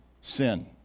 sin